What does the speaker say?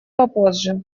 попозже